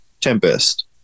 tempest